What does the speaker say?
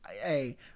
Hey